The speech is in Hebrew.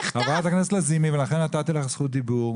חברת הכנסת לזימי, לכן נתתי לך זכות דיבור.